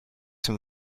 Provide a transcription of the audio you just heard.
from